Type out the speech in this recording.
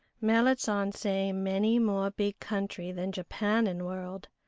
merrit san say many more big country than japan in world.